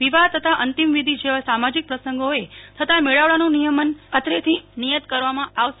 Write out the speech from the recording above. વિવાહ તથા અંતિમવિધિ જેવા સામાજિક પ્રસંગોએ થતાં મેળાવળાનું નિયમન અત્રેથી નિયત કરવામાં આવશે